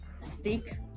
stick